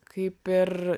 kaip ir